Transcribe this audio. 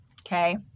okay